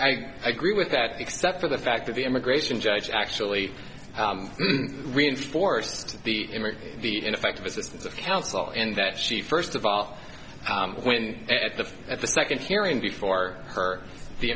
i agree with that except for the fact that the immigration judge actually reinforced the image of the ineffective assistance of counsel in that she first of all when at the at the second hearing before her the